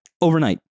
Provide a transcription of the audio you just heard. overnight